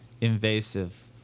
invasive